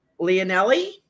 Leonelli